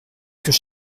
est